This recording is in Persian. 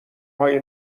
های